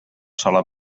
sola